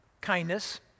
kindness